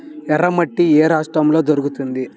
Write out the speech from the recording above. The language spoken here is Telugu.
ఎర్రమట్టి ఏ రాష్ట్రంలో దొరుకుతుంది?